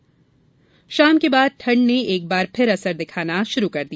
परन्तु शाम के बाद ठंड ने एक बार फिर असर दिखाना चालू कर दिया